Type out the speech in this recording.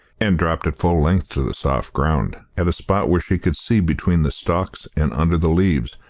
and dropped at full length to the soft ground, at a spot where she could see between the stalks and under the leaves,